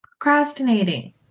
procrastinating